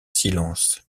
silence